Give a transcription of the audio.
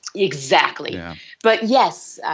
exactly yeah but yes,